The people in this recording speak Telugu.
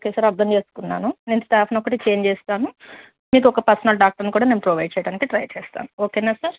ఓకే సార్ అర్థం చేసుకున్నాను నేను స్టాఫ్ను ఒకటి చేంజ్ చేస్తాను మీకు ఒక పర్సనల్ డాక్టర్ని కూడా నేను ప్రొవైడ్ చేయడానికి ట్రై చేస్తాను ఓకే సార్